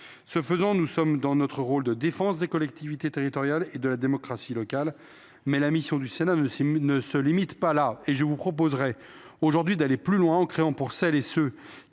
Ce faisant, nous sommes dans notre rôle de défenseurs des collectivités territoriales et de la démocratie locale. Néanmoins, la mission du Sénat ne se limite pas qu’à cela, et je vous proposerai aujourd’hui d’aller plus loin en créant, pour celles et ceux